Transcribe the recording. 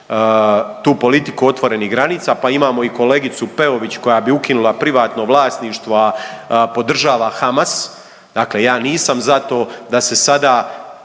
tu politiku otvorenih granica, pa imamo i kolegicu Peović koja bi ukinula privatno vlasništvo, a podržava Hamas, dakle ja nisam za to da se sada